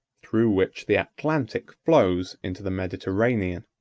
through which the atlantic flows into the mediterranean.